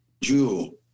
Jew